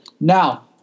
Now